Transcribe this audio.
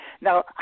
Now